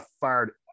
fired